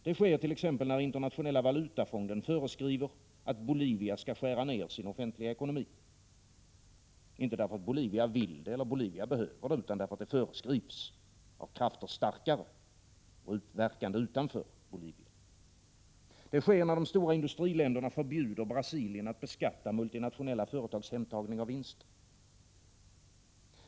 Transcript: Det sker när Internationella valutafonden föreskriver att Bolivia skall skära ned sin offentliga ekonomi — således inte därför att Bolivia vill eller behöver göra det, utan därför att det föreskrivs av krafter verkande utanför Bolivia som är starkare. Det sker när de stora industriländerna förbjuder Brasilien att beskatta multinationella företags hemtagning av vinster.